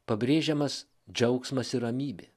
pabrėžiamas džiaugsmas ir ramybė